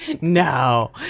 no